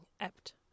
apt